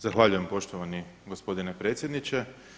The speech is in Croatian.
Zahvaljujem poštovani gospodine predsjedniče.